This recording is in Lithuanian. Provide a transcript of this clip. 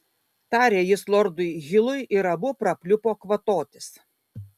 tarė jis lordui hilui ir abu prapliupo kvatotis